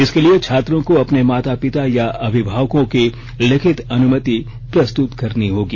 इसके लिए छात्रों को अपने माता पिता या अभिभावकों की लिखित अनुमति प्रस्तुत करनी होगी